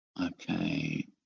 okay